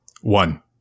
One